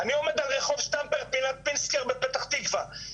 אני עומד על רח' שטמפר פינת פינסקר בפתח תקווה,